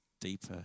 deeper